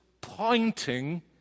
pointing